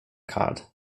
card